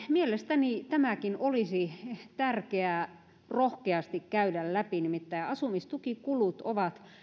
mielestäni tämäkin olisi tärkeää rohkeasti käydä läpi nimittäin asumistukikulut ovat